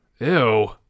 Ew